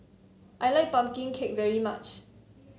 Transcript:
I like pumpkin cake very much